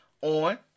on